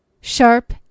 sharp